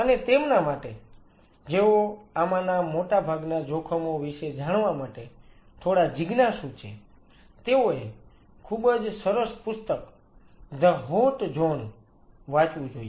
અને તેમના માટે જેઓ આમાંના મોટાભાગના જોખમો વિશે જાણવા માટે થોડા જિજ્ઞાસુ છે તેઓએ ખૂબ જ સરસ પુસ્તક ધ હોટ ઝોન વાંચવું જોઈએ